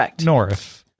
North